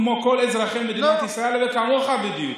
כמו כל אזרחי מדינת ישראל וכמוך בדיוק.